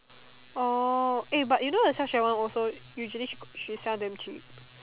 orh eh but you know the sunshine one usually she sell damn cheap